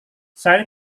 saya